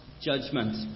judgment